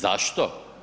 Zašto?